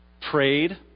prayed